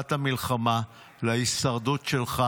בהארכת המלחמה להישרדות שלך.